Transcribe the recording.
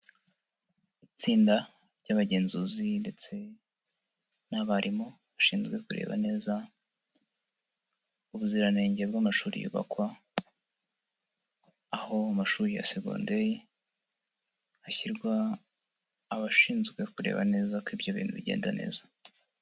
Itsinda ry'abagenzuzi ndetse n'abarimu bashinzwe kureba neza ubuziranenge bw'amashuri yubakwa aho amashuri ya segonderi hashyirwa abashinzwe kureba neza ko ibyo bintu bigenda neza.